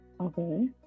Okay